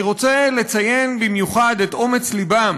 אני רוצה לציין במיוחד את אומץ ליבם